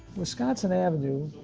wisconsin avenue,